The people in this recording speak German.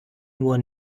nur